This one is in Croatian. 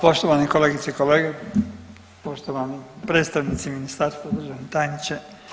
Poštovane kolegice i kolege, poštovani predstavnici ministarstva, državni tajniče.